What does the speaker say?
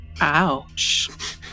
Ouch